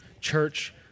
Church